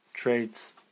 Traits